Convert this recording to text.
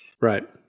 right